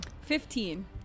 Fifteen